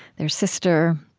their sister.